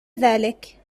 ذلك